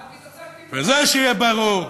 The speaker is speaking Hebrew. עוד התעסקתי בזה, וזה שיהיה ברור,